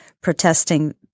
protesting